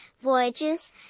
voyages